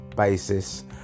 basis